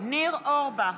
ניר אורבך,